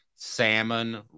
salmon